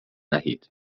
نهید